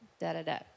da-da-da